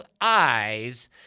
eyes